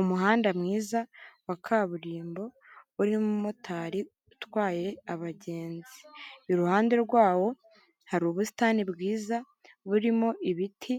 Umuhanda mwiza wa kaburimbo urimo umumotari utwaye abagenzi; iruhande rwawo hari ubusitani bwiza burimo ibiti;